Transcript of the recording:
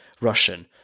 Russian